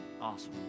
Awesome